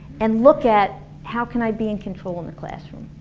and look at how can i be in control in the classroom?